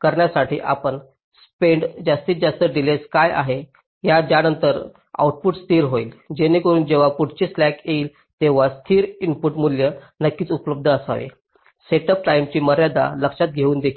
करण्यासाठी लागणा स्पेंड जास्तीत जास्त डिलेज काय आहे ज्यानंतर आउटपुट स्थिर होईल जेणेकरून जेव्हा पुढचे क्लॉक येईल तेव्हा स्थिर इनपुट मूल्य नक्कीच उपलब्ध असावे सेट अप टाईमची मर्यादा लक्षात घेऊन देखील